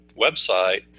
website